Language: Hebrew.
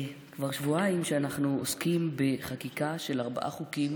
כבר שבועיים שאנחנו עוסקים בחקיקה של ארבעה חוקים